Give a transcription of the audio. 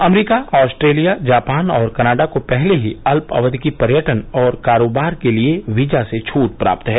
अमरीका Australia Japan और Canada को पहले ही अल्प अवधि की पर्यटन और कारोबार के लिए वीजा से छूट प्राप्त है